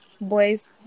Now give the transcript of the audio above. boys